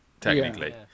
technically